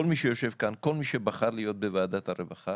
כל מי שיושב כאן, כל מי שבחר להיות בוועדת הרווחה,